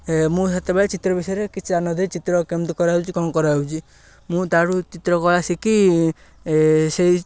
ମୁଁ ସେତେବେଳେ ଚିତ୍ର ବିଷୟରେ କିଛି ଜାଣି ନ ଥିଲି ଚିତ୍ର କେମିତି କରାହେଉଛି କ'ଣ କରାହେଉଛି ମୁଁ ତାଠୁ ଚିତ୍ର କଳା ଶଖି ସେଇ